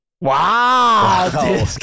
Wow